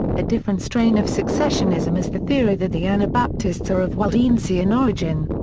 a different strain of successionism is the theory that the anabaptists are of waldensian origin.